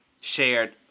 shared